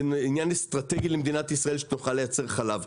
זה עניין אסטרטגי למדינת ישראל שתוכל לייצר חלב,